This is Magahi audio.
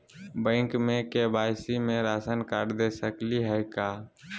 बैंक में के.वाई.सी में राशन कार्ड दे सकली हई का?